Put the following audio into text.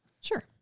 Sure